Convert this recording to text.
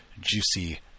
juicy